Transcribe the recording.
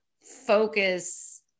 focus